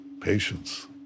Patience